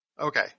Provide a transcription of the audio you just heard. Okay